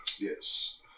Yes